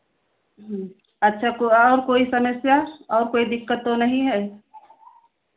अच्छा और कोई समस्या और कोई दिक्कत तो नहीं है